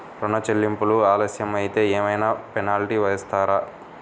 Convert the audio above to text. ఋణ చెల్లింపులు ఆలస్యం అయితే ఏమైన పెనాల్టీ వేస్తారా?